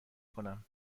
کنم